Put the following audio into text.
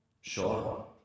Sure